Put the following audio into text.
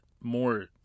more